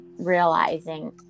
realizing